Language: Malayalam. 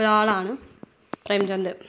ഒരാളാണ് പ്രേംചന്ദ്